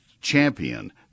champion